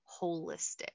holistic